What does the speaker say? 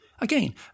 Again